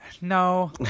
No